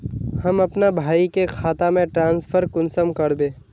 हम अपना भाई के खाता में ट्रांसफर कुंसम कारबे?